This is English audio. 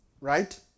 Right